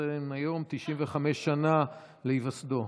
שמציין היום 95 שנה להיווסדו.